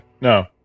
No